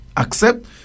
Accept